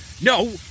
No